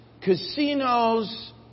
casinos